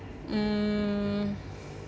mm